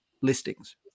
listings